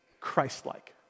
Christ-like